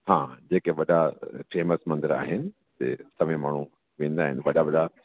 हा जेके वॾा चेमत मंदर आहिनि जिते माण्हू वेंदा आहिनि वॾा वॾा